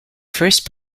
first